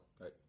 Right